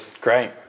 Great